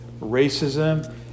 racism